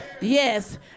Yes